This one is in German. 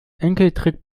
enkeltrick